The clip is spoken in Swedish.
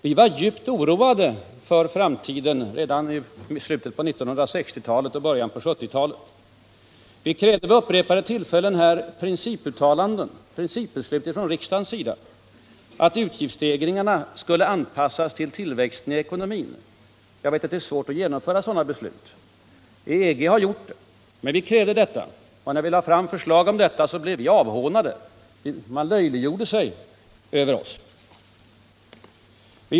Vi var djupt oroade för framtiden redan i slutet av 1960-talet och början av 1970-talet. Vi krävde vid upprepade tillfällen principuttalanden och principbeslut från riksdagen om att utgiftsstegringarna skulle anpassas till tillväxten i ekonomin. Jag vet att det är svårt att genomföra sådana beslut, men EG har gjort det. Vi krävde detta, och när vi lade fram förslag om det blev vi hånade. Man gjorde sig löjlig över oss.